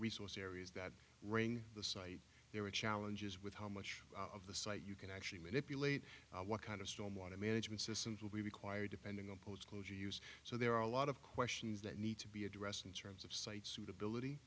resource areas that running the site there are challenges with how much of the site you can actually manipulate what kind of storm want to management systems will be required depending on post closure use so there are a lot of questions that need to be addressed in terms of site suitability